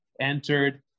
entered